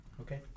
Okay